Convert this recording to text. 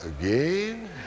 again